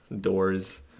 doors